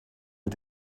mit